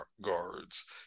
guards